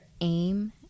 AIM